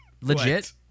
legit